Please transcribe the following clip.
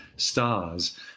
Stars